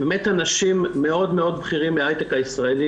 באמת אנשים מאוד בכירים מההייטק הישראלי